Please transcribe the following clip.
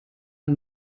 amb